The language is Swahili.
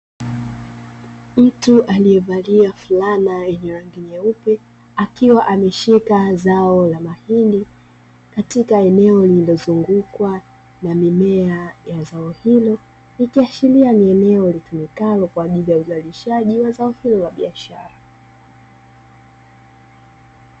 Mtu alievalia fulana yenye rangi nyeupe, akiwa ameshika zao la mahindi katika eneo lililozungukwa na mimea ya zao hilo ikiashiria ni eneo litumikalo kwa ajili ya uzalishaji wa zao hilo la biashara.